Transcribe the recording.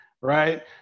right